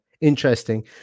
interesting